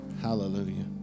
Hallelujah